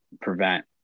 prevent